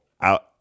out